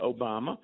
Obama